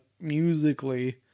musically